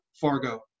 Fargo